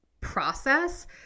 process